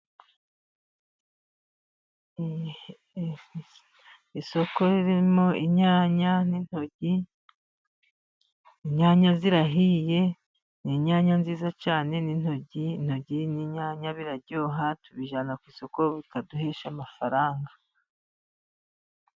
Isoko ririmo inyanya n'intoryi, inyanya zirahiye ni inyanya nziza cyane, n'intoryi n'inyanya biraryoha, tubijyana ku isoko, bikaduhesha amafaranga.